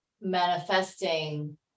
manifesting